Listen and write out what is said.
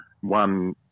one